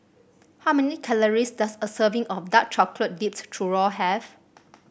how many calories does a serving of Dark Chocolate Dipped Churro have